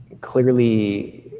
clearly